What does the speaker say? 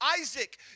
Isaac